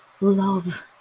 Love